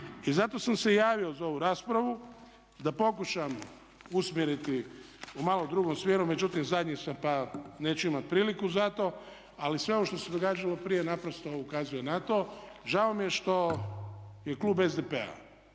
I zato sam se javio za ovu raspravu da pokušam usmjeriti u malo drugom smjeru, međutim zadnji sam pa neću imati priliku za to, ali sve ovo što se događalo prije naprosto ukazuje na to. Žao mi je što je klub SDP-a